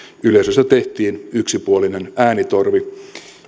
yleisradiosta tehtiin yksipuolinen äänitorvi